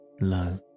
low